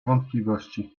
wątpliwości